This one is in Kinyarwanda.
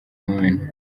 mumena